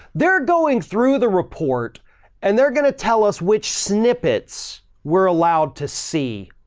they're going through the report and they're going to tell us which snippets we're allowed to see.